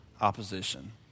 opposition